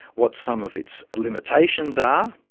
what some of its limitations are.